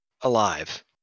alive